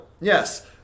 Yes